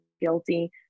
guilty